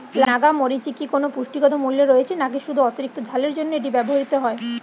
নাগা মরিচে কি কোনো পুষ্টিগত মূল্য রয়েছে নাকি শুধু অতিরিক্ত ঝালের জন্য এটি ব্যবহৃত হয়?